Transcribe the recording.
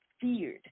feared